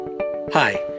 Hi